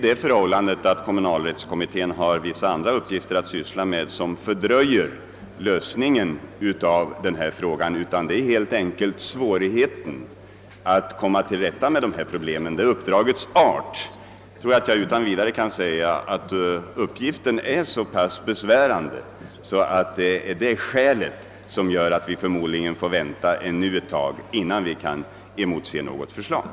Det förhåller sig inte så, att kommunalrättskommittén låter vissa andra uppgifter, som den har att syssla med, fördröja ansträngningarna att lösa problemet, utan svårigheten att komma till rätta med problemet beror på uppdragets art. Jag tror att jag utan vidare kan säga att denna uppgift är så besvärande, att vi av detta skäl förmodligen måste vänta ännu någon tid, innan vi kan emotse ett förslag.